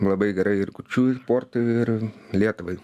labai gerai ir kurčiųjų sportui ir lietuvai